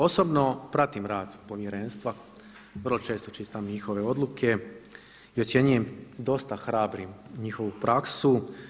Osobno pratim rad povjerenstva, vrlo često čitam njihove odluke i ocjenjujem dosta hrabrim njihovu praksu.